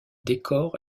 décor